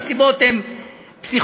הסיבות הן פסיכולוגיות,